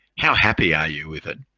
how happy are you with it?